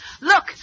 Look